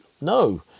No